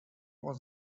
was